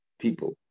people